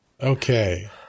Okay